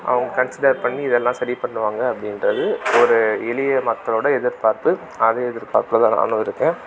அவங்க கன்ஸிடர் பண்ணி இதெல்லாம் சரி பண்ணுவாங்கள் அப்படின்றது ஒரு எளிய மக்களோட எதிர்பார்ப்பு அதே எதிர்பார்ப்பில்தான் நானும் இருக்கேன்